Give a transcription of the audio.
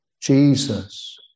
Jesus